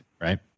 right